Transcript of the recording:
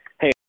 hey